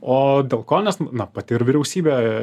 o dėl ko nes na pati ir vyriausybė